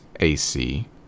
ac